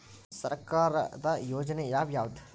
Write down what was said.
ಸರ್ಕಾರದ ಯೋಜನೆ ಯಾವ್ ಯಾವ್ದ್?